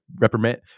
reprimand